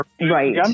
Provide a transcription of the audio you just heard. Right